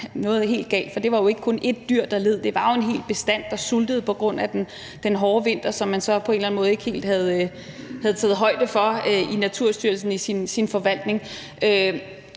noget helt galt, for det var jo ikke kun ét dyr, der led; det var jo en hel bestand, der sultede på grund af den hårde vinter, som Naturstyrelsen så på en eller anden måde ikke helt havde taget højde for i sin forvaltning.